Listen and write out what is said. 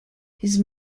his